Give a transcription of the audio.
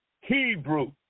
Hebrew